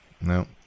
No